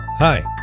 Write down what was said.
Hi